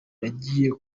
yagiye